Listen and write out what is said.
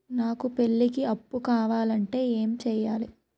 నాకు పెళ్లికి అప్పు కావాలంటే ఏం చేయాలి?